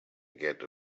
get